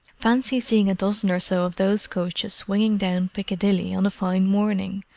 fancy seeing a dozen or so of those coaches swinging down piccadilly on a fine morning!